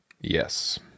Yes